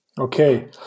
Okay